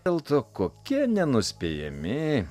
dėl to kokie nenuspėjami